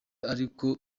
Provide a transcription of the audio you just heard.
ariko